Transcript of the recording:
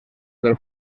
del